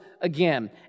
again